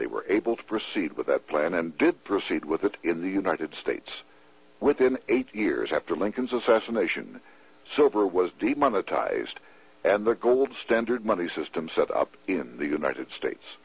they were able to proceed with a plan and to proceed with it in the united states within eight years after lincoln's assassination server was deep monetized and the gold standard money system set up in the united states